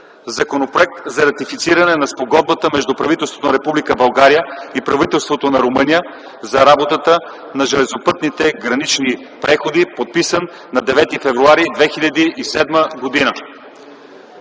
Законопроект за ратифициране на Спогодбата между правителството на Република България и правителството на Румъния за работата на железопътните гранични преходи,№ 002-02-8, внесен от